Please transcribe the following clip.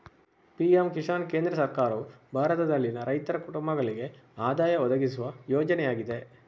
PM Kisan ಕೇಂದ್ರ ಸರ್ಕಾರವು ಭಾರತದಲ್ಲಿನ ರೈತರ ಕುಟುಂಬಗಳಿಗೆ ಆದಾಯ ಒದಗಿಸುವ ಯೋಜನೆಯಾಗಿದೆ